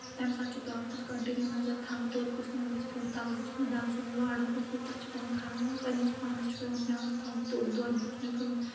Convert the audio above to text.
تَمہِ ساتہٕ چھُ پیٚوان تَتھ کَنٹِنیو نظر تھاوٕنۍ دۄد گوٚژھ نہٕ ؤسۍ پیوٚن تَلہٕ گوٚژھ نہٕ دَزُن لارُن گوٚژھ نہٕ تَتھ چھُ پؠوان کھَلن دِنۍ پنٕنِس پانَس چھُ پیٚوان دیان تھاوُن توٚد دۄد گوٚژھ نہٕ پیوٚن